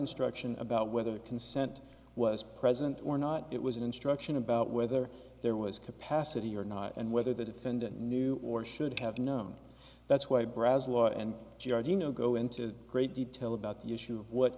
instruction about whether consent was present or not it was an instruction about whether there was capacity or not and whether the defendant knew or should have known that's why braz law and georgi you know go into great detail about the issue of what